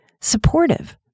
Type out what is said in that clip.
supportive